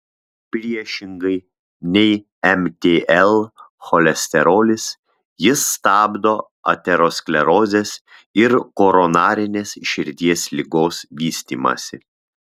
priešingai nei mtl cholesterolis jis stabdo aterosklerozės ir koronarinės širdies ligos vystymąsi